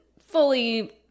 fully